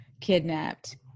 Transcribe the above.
kidnapped